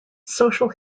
social